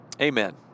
Amen